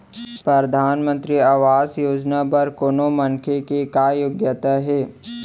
परधानमंतरी आवास योजना बर कोनो मनखे के का योग्यता हे?